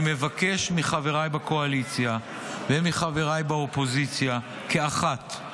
אני מבקש מחבריי בקואליציה ומחבריי באופוזיציה כאחד,